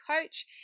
coach